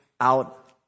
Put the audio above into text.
out